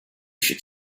should